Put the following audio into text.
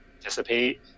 participate